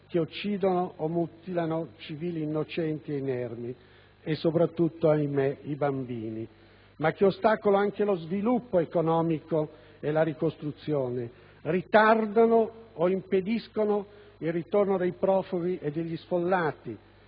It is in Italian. che uccidono o mutilano civili innocenti ed inermi e soprattutto - ahimè - i bambini, che ostacolano lo sviluppo economico e la ricostruzione, ritardano o impediscono il ritorno dei profughi e degli sfollati